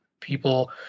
people